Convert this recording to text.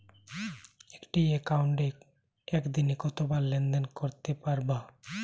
একটি একাউন্টে একদিনে কতবার লেনদেন করতে পারব?